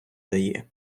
дає